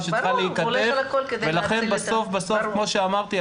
שצריכה להיקטף ולכן בסוף בסוף כמו שאמרתי,